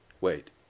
Wait